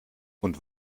und